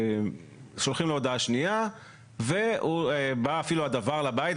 שולחים לו הודעה שנייה ובא הדוור הביתה,